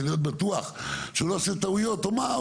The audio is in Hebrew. להיות בטוח שהוא לא עושה טעויות או מה,